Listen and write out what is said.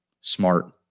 smart